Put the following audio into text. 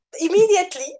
immediately